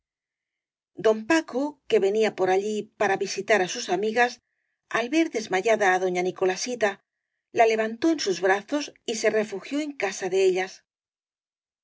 don paco que venía por allí para visitar á sus amigas al ver desmayada á doña nicolasita la le vantó en sus brazos y se refugió en casa de ellas